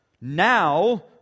now